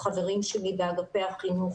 החברים שלי באגפי החינוך,